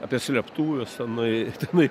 apie slėptuves tenai tenai